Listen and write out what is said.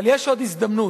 אבל יש עוד הזדמנות,